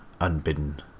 unbidden